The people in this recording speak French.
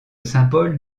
symbole